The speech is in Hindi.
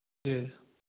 जी